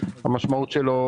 המשמעות שלו,